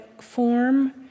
form